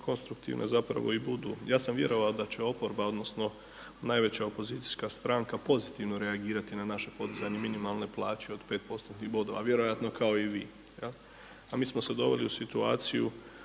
konstruktivne zapravo i budu. Ja sam vjerovao da će oporba, odnosno najveća opozicijska stranka pozitivno reagirati na naše podizanje minimalne plaće od 5%-tnih bodova a vjerojatno kao i vi. A mi smo se doveli u situaciju